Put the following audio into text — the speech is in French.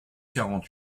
quarante